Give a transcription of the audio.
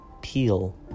Peel